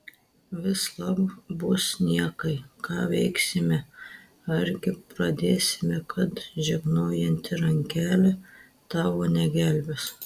vislab bus niekai ką veiksime argi pradėsime kad žegnojanti rankelė tavo negelbės